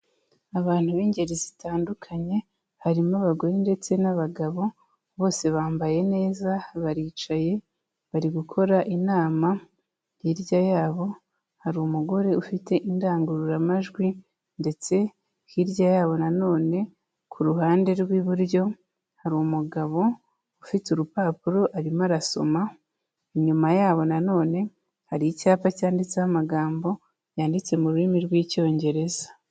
Abantu b'ingeri zitandukanye; harimo abagore ndetse n'abagabo bose bambaye neza, baricaye bari gukora inama, hirya yabo hari umugore ufite indangururamajwi, ndetse hirya yabo nano ku ruhande rw'iburyo hari umugabo ufite urupapuro arimo arasoma, inyuma yabo nanone hari icyapa cyanditseho amagambo yanditse mu rurimi rw'icyongereza.